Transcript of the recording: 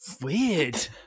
weird